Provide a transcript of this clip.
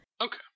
okay